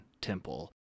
temple